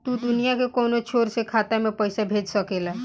तू दुनिया के कौनो छोर से खाता में पईसा भेज सकेल